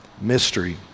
mystery